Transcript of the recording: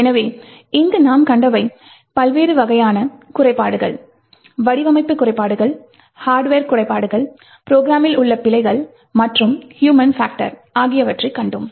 எனவே இங்கு நாம் கண்டவை பல்வேறு வகையான குறைபாடுகள் வடிவமைப்பு குறைபாடுகள் ஹார்ட்வர் குறைபாடுகள் ப்ரோக்ராமில் உள்ள பிழைகள் மற்றும் ஹியூமன் பாக்டர் ஆகியவற்றைக் கண்டோம்